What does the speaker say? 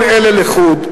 כל אלה לחוד,